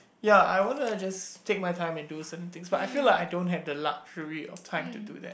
ya I wanna just take my time and do certain things but I feel like I don't have the luxury of time to do that